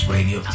Radio